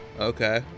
Okay